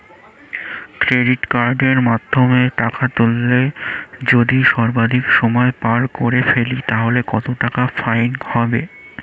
Credit কার্ডের মাধ্যমে টাকা তুললে যদি সর্বাধিক সময় পার করে ফেলি তাহলে কত টাকা ফাইন হবে?